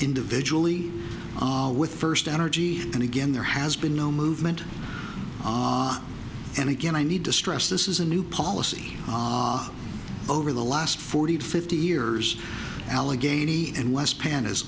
individually with first energy and again there has been no movement and again i need to stress this is a new policy over the last forty fifty years allegheny and west pan is